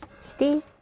Steve